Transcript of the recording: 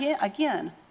again